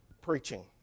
preaching